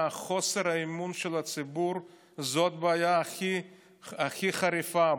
חוסר האמון של הציבור זאת הבעיה הכי חריפה,